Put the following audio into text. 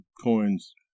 coins